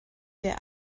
wir